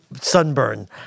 sunburn